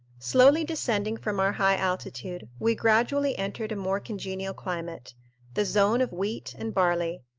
slowly descending from our high altitude, we gradually entered a more congenial climate the zone of wheat and barley,